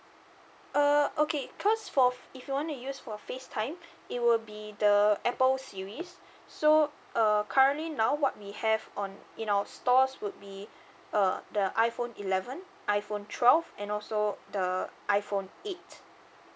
uh okay because for if you want to use for facetime it will be the apple series so uh currently now what we have on in our stores would be uh the iphone eleven iphone twelve and also the iphone eight